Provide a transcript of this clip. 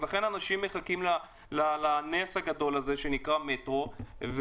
לכן אנשים מחכים לנס הגדול הזה שנקרא מטרו.